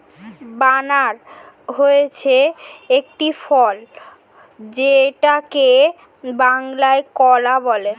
বানানা হচ্ছে একটি ফল যেটাকে বাংলায় কলা বলে